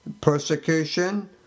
persecution